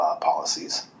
policies